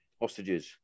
hostages